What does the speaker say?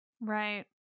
right